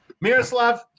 Miroslav